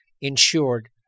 insured